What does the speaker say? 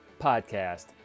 podcast